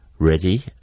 Ready